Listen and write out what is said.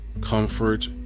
comfort